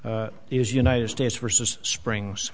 is united states versus springs